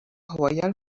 royal